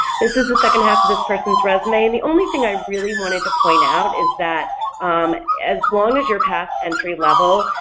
this is the second half of this person's resume and the only thing i really wanted to point out is that as long as you're past entry level,